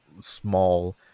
small